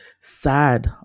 sad